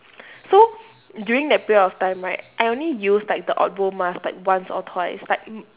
so during that period of time right I only use like the odbo mask like once or twice like